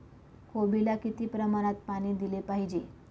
कोबीला किती प्रमाणात पाणी दिले पाहिजे?